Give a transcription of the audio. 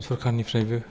सोरखारनिफ्रायबो